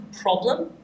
problem